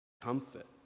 comfort